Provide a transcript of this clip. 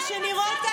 או שנראות,